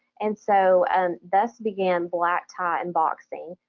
and so and thus began black tie and boxing.